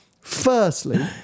Firstly